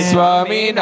Swami